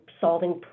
solving